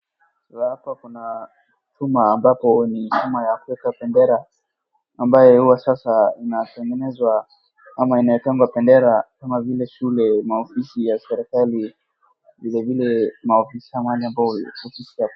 Hapa kuna chuma ambapo ni chuma ya kueka bendera ambaye huwa sasa inatengenezwa ama inaekangwa bendera kama vile shule, maofisi ya serikali vilivile maofisi mahali ambao si ofisi...